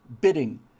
bidding